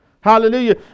Hallelujah